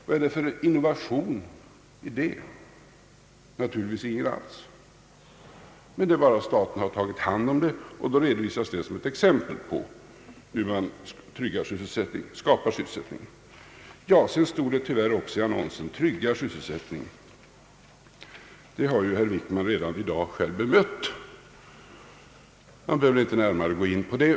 Vad är det för innovation i det? Naturligtvis ingen alls! Det är bara så att staten har tagit hand om det, och så redovisas det som ett exempel på hur staten skapar sysselsättning. I annonsen står det tyvärr också »tryggar sysselsättningen». Det har ju herr Wickman i dag själv bemött, så jag behöver inte gå närmare in på det.